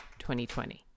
2020